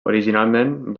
originalment